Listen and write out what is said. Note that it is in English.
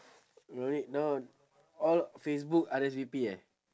eh wait no all facebook R_S_V_P eh